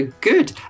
Good